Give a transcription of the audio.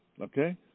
Okay